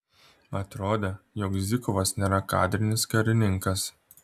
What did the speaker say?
atrodė jog zykovas nėra kadrinis karininkas